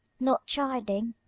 not chiding?